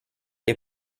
les